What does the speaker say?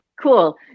Cool